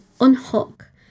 unhook